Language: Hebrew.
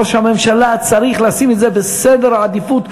ראש הממשלה צריך לשים את זה במקום ראשון בסדר העדיפויות,